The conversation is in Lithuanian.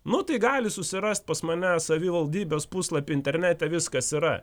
nu tai gali susirast pas mane savivaldybės puslapy internete viskas yra